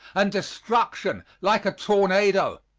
and destruction like a tornado.